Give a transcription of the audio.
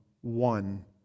one